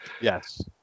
Yes